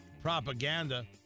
propaganda